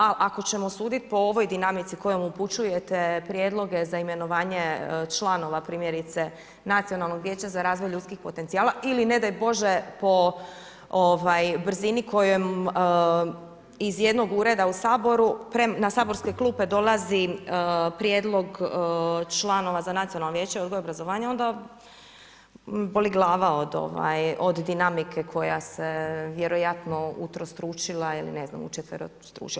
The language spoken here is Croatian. A ako ćemo sudit po ovoj dinamici kojom upućujete prijedloge za imenovanje članova primjerice Nacionalnog vijeća za razvoj ljudskih potencijala ili ne daj bože po brzini kojem iz jednog ureda u Saboru, na saborske klupe dolazi prijedlog članova za Nacionalno vijeće, odgoj i obrazovanje onda boli glava od dinamike koja se vjerojatno utrostručila ili ne znam učetverostručila.